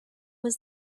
was